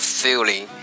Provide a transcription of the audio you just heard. feeling